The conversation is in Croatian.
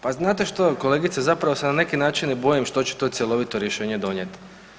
Pa znate što kolegice zapravo se na neki način i bojim što će to cjelovito rješenje donijeti.